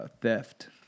theft